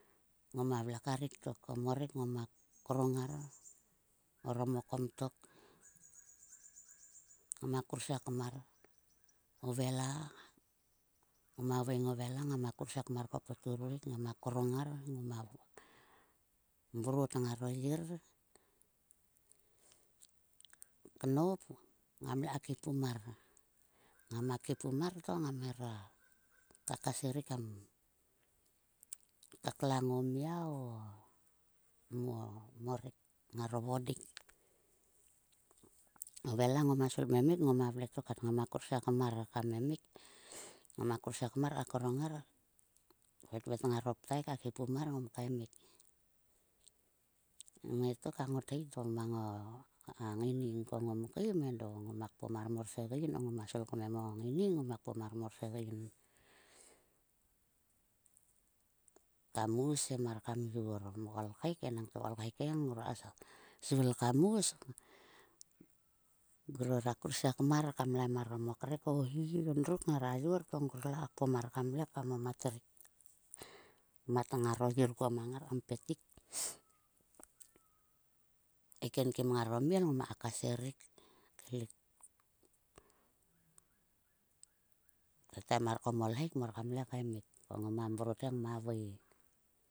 Ngoma vle kar rik tok. O morek ngoma krong ngar orom o komtok. Ngama kursiekmar orom o vela. Ngoma veng o vela ngama kursiekmar ko poturik krong ngar ngoma, mrot ngaro yir knop ngamle ka klupum mar. Ngama khipum mar to ngam hera kakaser rik kam kaklang o mia o ma morek ngaro vgodik. O vela ngoma svil kmemik ngoma vle tok kat. Ngoma kursiekmar ka krong ngar. Kvetvet ngaro p taik ka khipum mar ngom kaimik. Ngaitok a ngothi to mang a ngaining to ngom kaim edo. Ngoma kpom mar morsegein kam us he mar kam yor. Mo kolkhek enangte o kolkhek he ngrualsa svil kam us. Ngrora kursiekam mar kam laim mar orom o krek o hi endruk ngara yor to ngror le ka kpom mar kan le kmamat rik. Mat ngaro yir kuon mang ngar kam pet tik eken kim ngara miel nma kakaser rik kaelik. Tataim mar ko mo lheik morkamle kmemik. Ko ngoma mrot he ngama vui.